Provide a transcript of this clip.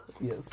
yes